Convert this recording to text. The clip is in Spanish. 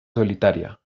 solitaria